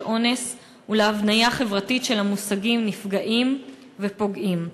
אונס ולהבניה חברתית של המושגים נפגעים ופוגעים.